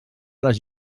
les